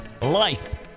life